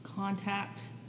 Contact